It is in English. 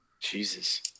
Jesus